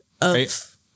of-